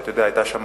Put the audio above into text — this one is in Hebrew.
אתה הרי יודע שהיה